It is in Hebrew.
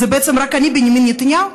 זה בעצם רק אני, בנימין נתניהו?